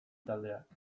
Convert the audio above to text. taldeak